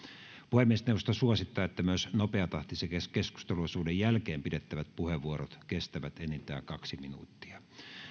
puhemiesneuvosto suosittaa että myös nopeatahtisen keskusteluosuuden jälkeen pidettävät puheenvuorot kestävät enintään kaksi minuuttia